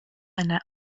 eine